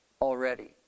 already